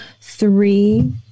Three